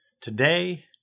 Today